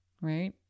right